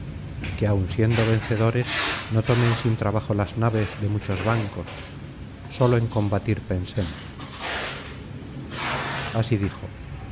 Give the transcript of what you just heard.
que aun siendo vencedores no tomen sin trabajo las naves de muchos bancos sólo en combatir pensemos así dijo